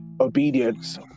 obedience